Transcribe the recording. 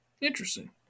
Interesting